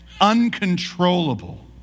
uncontrollable